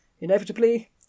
Inevitably